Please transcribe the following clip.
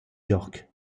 york